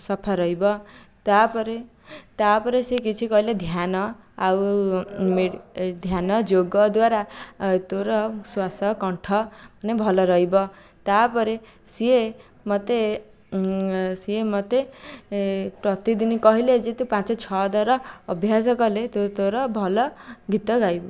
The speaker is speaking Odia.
ସଫା ରହିବ ତାପରେ ତାପରେ ସେ କିଛି କହିଲେ ଧ୍ୟାନ ଆଉ ଧ୍ୟାନ ଯୋଗ ଦ୍ୱାରା ତୋର ଶ୍ଵାସ କଣ୍ଠ ମାନେ ଭଲ ରହିବ ତାପରେ ସିଏ ମୋତେ ସିଏ ମୋତେ ପ୍ରତିଦିନ କହିଲେ ଯେ ତୁ ପାଞ୍ଚ ଛଅଥର ଅଭ୍ୟାସ କଲେ ତୁ ତୋର ଭଲ ଗୀତ ଗାଇବୁ